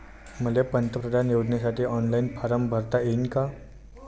मले पंतप्रधान योजनेसाठी ऑनलाईन फारम भरता येईन का?